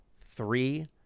three